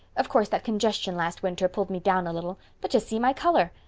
of course, that congestion last winter pulled me down a little. but just see my color.